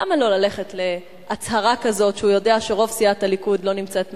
למה לו ללכת להצהרה כזאת שהוא יודע שרוב סיעת הליכוד לא נמצאת מאחוריה,